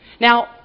Now